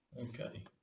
Okay